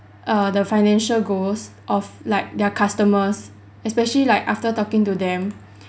err the financial goals of like their customers especially like after talking to them